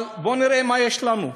אבל בואו נראה מה יש לנו,